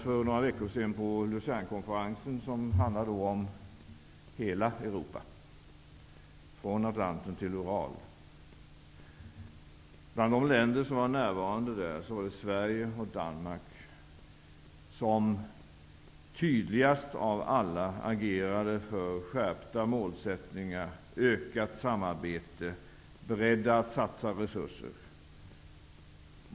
För några veckor sedan besökte jag Atlanten till Ural. Bland de länder som var närvarande var det Sverige och Danmark som tydligast av alla agerade för skärpta målsättningar och ökat samarbete och som var beredda att satsa resurser.